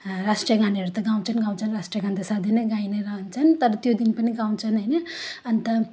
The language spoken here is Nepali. राष्ट्रिय गानहरू त गाउँछन् गाउँछन् राष्ट्रि्य गान त सधैँ नै गाइ नै रहन्छन् तर त्यो दिन पनि गाउँछन् होइन अन्त